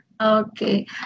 Okay